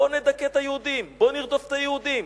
בוא נדכא את היהודים, בוא נרדוף את היהודים.